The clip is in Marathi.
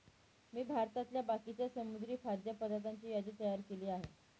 मी भारतातल्या बाकीच्या समुद्री खाद्य पदार्थांची यादी तयार केली आहे